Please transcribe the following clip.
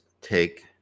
take